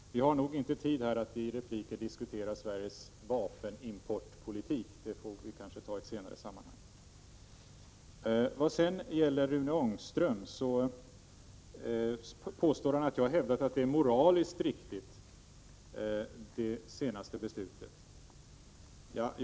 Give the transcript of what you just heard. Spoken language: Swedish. Vi har nog inte tid nu att i repliker diskutera Sveriges vapenimportpolitik — det får vi göra i ett annat sammanhang. Rune Ångström påstår att jag har hävdat att det senaste beslutet är moraliskt riktigt.